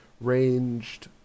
ranged